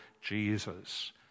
Jesus